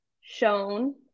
shown